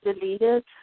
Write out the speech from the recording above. deleted